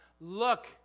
Look